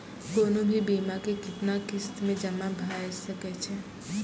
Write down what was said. कोनो भी बीमा के कितना किस्त मे जमा भाय सके छै?